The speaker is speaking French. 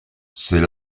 c’est